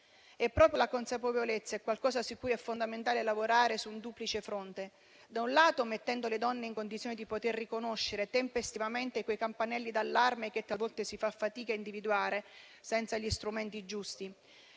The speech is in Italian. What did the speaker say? E proprio la consapevolezza è qualcosa su cui è fondamentale lavorare su un duplice fronte: da un lato, mettendo le donne in condizione di poter riconoscere tempestivamente quei campanelli d'allarme che talvolta si fa fatica a individuare senza gli strumenti giusti.